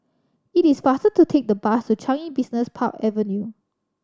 it is faster to take the bus to Changi Business Park Avenue